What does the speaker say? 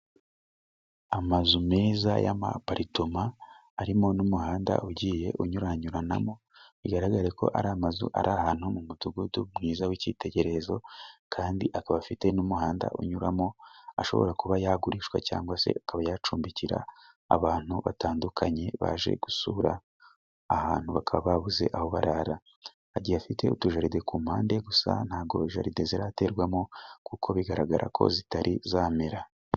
Amazu meza y'amaparitema arimo n'umuhanda ugiye unyuranyuranamo bigaragare ko ari amazu ari ahantu mu mudugudu mwiza w'icyitegererezo kandi akaba afite n'umuhanda unyuramo ashobora kuba yagurishwa cyangwa se akabacumbikira abantu batandukanye baje gusura ahantu bakaba babuze aho barara agiye afite utujaride ku mpande gusa ntabwo jaride ziraterwamo kuko bigaragara ko zitari zamera